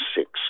six